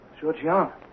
Georgiana